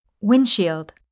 Windshield